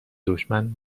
دشمن